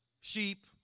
sheep